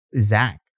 Zach